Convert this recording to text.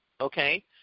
okay